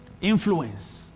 Influence